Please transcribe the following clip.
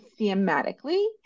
thematically